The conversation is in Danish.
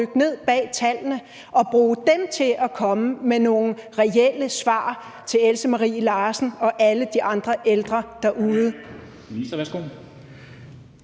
at dykke ned bag tallene og bruge dem til at komme med nogle reelle svar til Else Marie Larsen og alle de andre ældre derude. Kl.